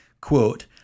Quote